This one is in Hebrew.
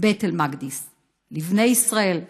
לבני ישראל.